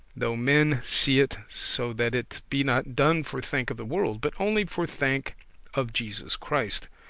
though men see it, so that it be not done for thank of the world, but only for thank of jesus christ.